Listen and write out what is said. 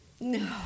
No